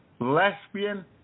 lesbian